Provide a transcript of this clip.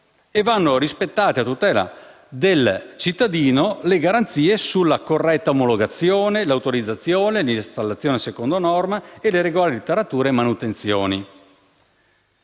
Vanno rispettate, a tutela del cittadino, le garanzie sulla corretta omologazione, l'autorizzazione, l'installazione secondo norma e le regolari tarature e manutenzioni.